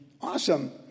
awesome